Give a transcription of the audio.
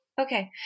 Okay